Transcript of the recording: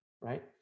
right